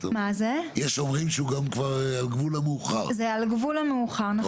יש אומרים שזה גם על גבול המאוחר מידי.